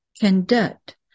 conduct